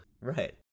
Right